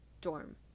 dorm